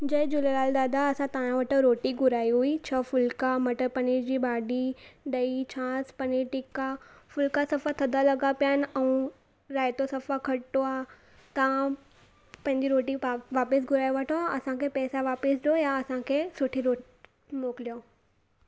जय झूलेलाल दादा असां तव्हां वटां रोटी घुराई हुई छह फुलिका मटर पनीर जी भाॼी ॾही छाछ पनीर टिका फुलिका सभु सफ़ा थधा लॻा पिया आहिनि ऐं राइतो सभु सफ़ा खटो आहे तव्हां पंहिंजी रोटी वापसि घुराए वठो असांखे पैसा वापसि ॾियो या असांखे सुठी रोटी मोकिलियो